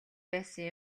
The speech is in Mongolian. байсан